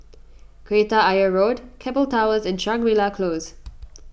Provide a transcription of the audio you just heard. Kreta Ayer Road Keppel Towers and Shangri La Close